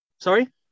sorry